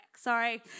Sorry